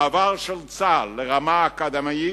המעבר של צה"ל לרמה אקדמית